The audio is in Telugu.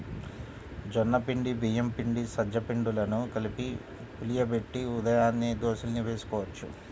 జొన్న పిండి, బియ్యం పిండి, సజ్జ పిండిలను కలిపి పులియబెట్టి ఉదయాన్నే దోశల్ని వేసుకోవచ్చు